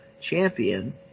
champion